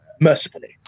Mercifully